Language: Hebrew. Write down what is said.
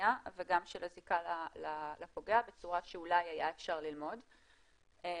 הפנייה וגם של הזיקה לפוגע בצורה שאולי היה אפשר ללמוד דברים,